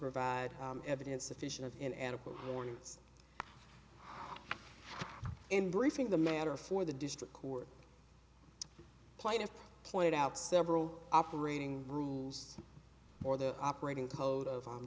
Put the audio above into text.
provide evidence sufficient of an adequate warning in briefing the matter for the district court plaintiff pointed out several operating rules or the operating code of